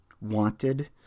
wanted